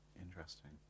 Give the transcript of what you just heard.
Interesting